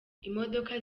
imodoka